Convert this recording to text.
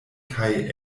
kaj